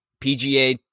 PGA